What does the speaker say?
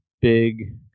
big